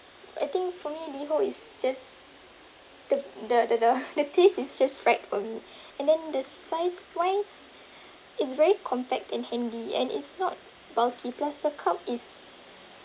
I think for me LiHO is just the the the the the taste is just right for me and then the size-wise is very compact and handy and it's not bulky plus the cup is